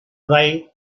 dry